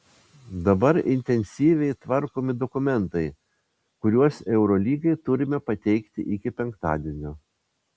dabar intensyviai tvarkomi dokumentai kuriuos eurolygai turime pateikti iki penktadienio